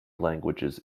languages